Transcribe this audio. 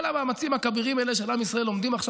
כל המאמצים הכבירים האלה של עם ישראל עומדים עכשיו